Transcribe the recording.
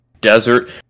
Desert